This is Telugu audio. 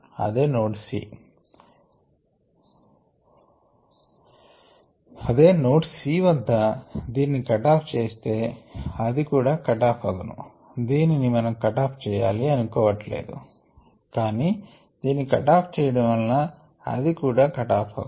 అదే నోడ్ C వద్ద దీనిని కట్ ఆఫ్ చేస్తే ఇది కూడా కట్ ఆఫ్ అగును దీనిని మనము కట్ ఆఫ్ చేయాలి అనుకోవట్లేదు కానీ దీనిని కట్ ఆఫ్ చేయడం వలన ఇది కూడా కట్ ఆఫ్ అగును